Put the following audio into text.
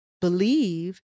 believe